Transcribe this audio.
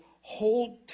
hold